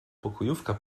pokojówka